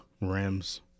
rims